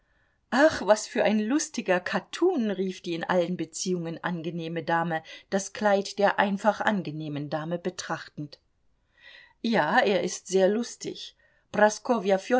ach was für ein lustiger kattun rief die in allen beziehungen angenehme dame das kleid der einfach angenehmen dame betrachtend ja er ist sehr lustig